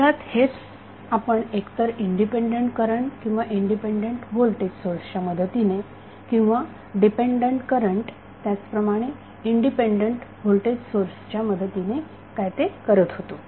मुळात हेच आपण एकतर इंडिपेंडंट करंट किंवा इंडिपेंडंट व्होल्टेज सोर्सच्या मदतीने किंवा डिपेंडंट करंट त्याचप्रमाणे इंडिपेंडेंट व्होल्टेज सोर्सच्या मदतीने काय ते करत होतो